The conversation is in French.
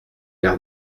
l’air